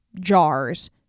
jars